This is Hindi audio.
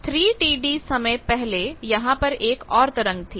3Td समय पहले यहां पर एक और तरंग थी